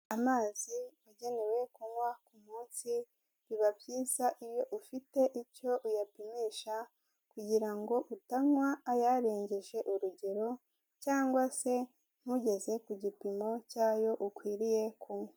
Amazi agenewe kunywa ku munsi, biba byiza iyo ufite icyo uyapimisha, kugira ngo utanywa ayarengeje urugero cyangwa se, ntugeze ku gipimo cyayo ukwiriye kunywa.